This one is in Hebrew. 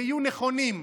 היו נכונים.